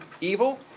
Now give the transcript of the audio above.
evil